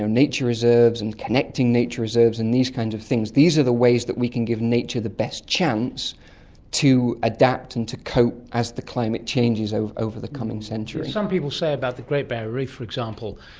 um nature reserves, and connecting nature reserves and these kinds of things, these are the ways that we can give nature the best chance to adapt and to cope as the climate changes over the coming centuries. some people say about the great barrier reef, for example,